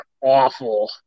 awful